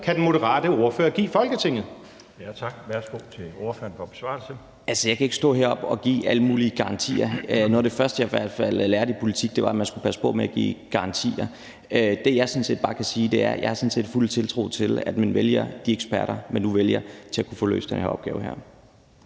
Tak. Værsgo til ordføreren for besvarelse. Kl. 16:09 Mohammad Rona (M): Altså, jeg kan ikke stå heroppe og give alle mulige garantier. Noget af det første, jeg i hvert fald lærte i politik, var, at man skulle passe på med at give garantier. Det, jeg bare kan sige, er, at jeg sådan set har fuld tiltro til, at man vælger de eksperter, man nu vælger, til at få løst den her opgave.